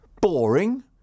boring